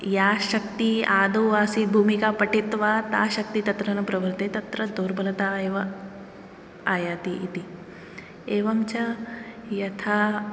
या शक्तिः आदौ आसीत् भूमिका पठित्वा सा शक्ति तत्र न प्रवर्तते तत्र दुर्बलता एव आयाति इति एवञ्च यथा